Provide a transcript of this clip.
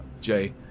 Jay